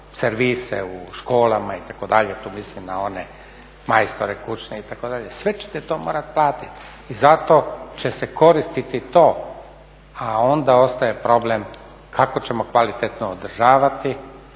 servise u školama itd., tu mislim na one majstore kućne itd. Sve ćete to morati platiti. I zato će se koristiti to, a onda ostaje problem kako ćemo kvalitetno održavati